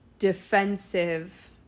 defensive